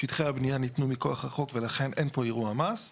שטחי הבנייה ניתנו מכוח החוק ולכן אין פה אירוע מס.